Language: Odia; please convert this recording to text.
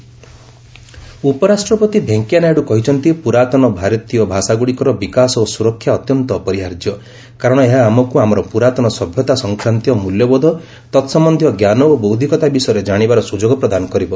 ଭିପି ଲାଙ୍ଗୁଏଜ୍ ଉପରାଷ୍ଟ୍ରପତି ଭେଙ୍କିୟାନାଇଡୁ କହିଛନ୍ତି ପୁରାତନ ଭାରତୀୟ ଭାଷାଗୁଡ଼ିକର ବିକାଶ ଓ ସୁରକ୍ଷା ଅତ୍ୟନ୍ତ ଅପରିହାର୍ଯ୍ୟ କାରଣ ଏହା ଆମକୁ ଆମର ପୁରାତନ ସଭ୍ୟତା ସଂକ୍ରାନ୍ତୀୟ ମୂଲ୍ୟବୋଧ ତତ୍ସମନ୍ଧୀୟ ଞ୍ଜାନ ଓ ବୌଦ୍ଧିକତା ବିଷୟରେ ଜାଶିବାର ସୁଯୋଗ ପ୍ରଦାନ କରିବ